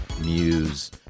Muse